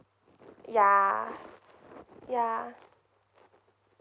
ya ya